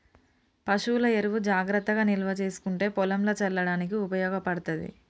పశువుల ఎరువు జాగ్రత్తగా నిల్వ చేసుకుంటే పొలంల చల్లడానికి ఉపయోగపడ్తది